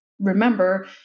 remember